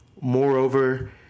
Moreover